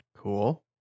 Cool